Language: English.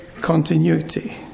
continuity